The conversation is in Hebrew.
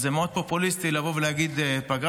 אז זה מאוד פופוליסטי לבוא ולהגיד פגרה.